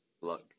luck